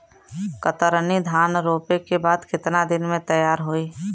कतरनी धान रोपे के बाद कितना दिन में तैयार होई?